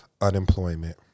unemployment